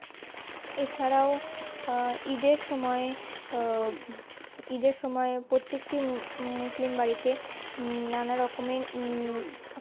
এছাড়াও ঈদের সময় ঈদের সময়ে প্রত্যেকটি মুসলিম বাড়িতে নানা রকমের